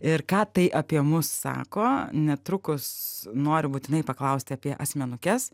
ir ką tai apie mus sako netrukus noriu būtinai paklaust apie asmenukes